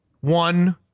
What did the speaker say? one